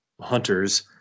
hunters